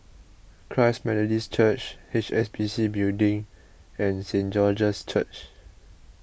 Christ Methodist Church H S B C Building and Saint George's Church